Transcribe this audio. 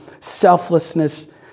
selflessness